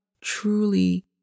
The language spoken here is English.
truly